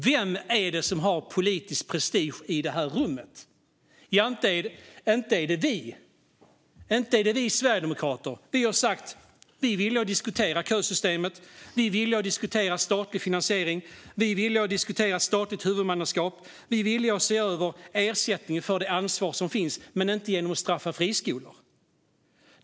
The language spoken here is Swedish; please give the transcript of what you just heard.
Vem är det som har politisk prestige i det här rummet? Ja, inte är det vi sverigedemokrater. Vi har sagt att vi är villiga att diskutera kösystemet. Vi är villiga att diskutera statlig finansiering. Vi är villiga att diskutera statligt huvudmannaskap. Vi är villiga att se över ersättning för det ansvar som finns. Men vi är inte villiga att göra detta genom att straffa friskolor.